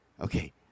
okay